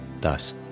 Thus